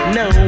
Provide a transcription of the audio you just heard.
no